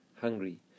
hungry